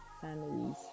families